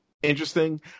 interesting